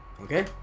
Okay